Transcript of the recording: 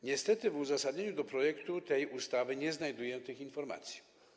Niestety w uzasadnieniu projektu tej ustawy nie znajduję tych informacji.